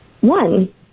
One